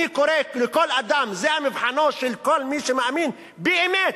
אני קורא לכל אדם, זה מבחנו של כל מי שמאמין באמת,